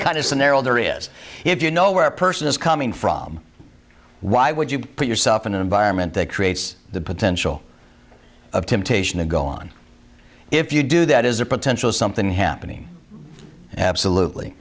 kind of scenario there is if you know where a person is coming from why would you put yourself in an environment that creates the potential of temptation to go on if you do that is a potential something happening absolutely